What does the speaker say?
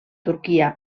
turquia